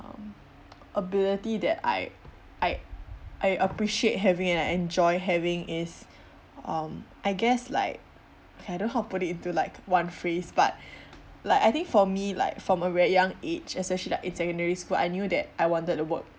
um ability that I I I appreciate having and I enjoy having is um I guess like okay I don't know put it into like one phrase but like I think for me like from a very young age especially like in secondary school I knew that I wanted to work